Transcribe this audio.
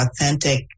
authentic